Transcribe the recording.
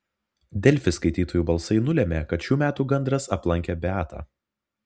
delfi skaitytojų balsai nulėmė kad šių metų gandras aplankė beatą